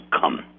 come